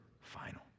final